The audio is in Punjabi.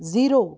ਜ਼ੀਰੋ